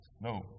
no